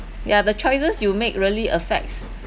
yeah the choices you make really affects